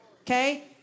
okay